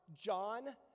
John